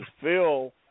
Phil